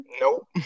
Nope